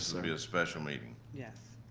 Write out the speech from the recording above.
so be a special meeting? yes.